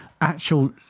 actual